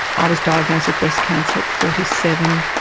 i was diagnosed with breast cancer at forty seven,